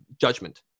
judgment